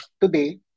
today